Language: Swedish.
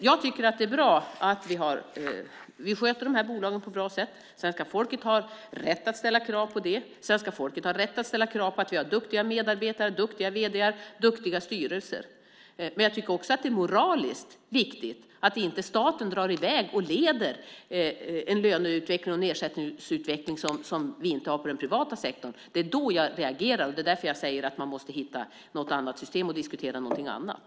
Jag tycker att det är bra. Vi sköter de här bolagen på ett bra sätt. Svenska folket har rätt att ställa krav på det och på att vi har duktiga medarbetare, duktiga vd:ar och duktiga styrelser. Men jag tycker också att det är moraliskt viktigt att inte staten drar i väg och leder en löne och ersättningsutveckling som vi inte har inom den privata sektorn. Det är då jag reagerar, och det är därför jag säger att man måste hitta ett annat system och diskutera någonting annat.